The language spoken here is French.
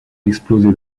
explosé